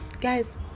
guys